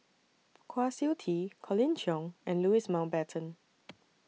Kwa Siew Tee Colin Cheong and Louis Mountbatten